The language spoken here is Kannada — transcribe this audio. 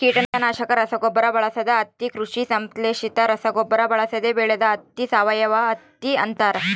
ಕೀಟನಾಶಕ ರಸಗೊಬ್ಬರ ಬಳಸದ ಹತ್ತಿ ಕೃಷಿ ಸಂಶ್ಲೇಷಿತ ರಸಗೊಬ್ಬರ ಬಳಸದೆ ಬೆಳೆದ ಹತ್ತಿ ಸಾವಯವಹತ್ತಿ ಅಂತಾರ